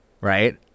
right